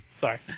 sorry